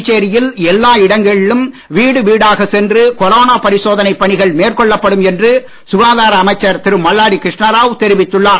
புதுச்சேரியில் எல்லா இடங்களிலும் வீடு வீடாகச் சென்று கொரோனா பரிசோதனைப் பணிகள் மேற்கொள்ளப்படும் என்று சுகாதார அமைச்சர் திரு மல்லாடி கிருஷ்ணராவ் தெரிவித்துள்ளார்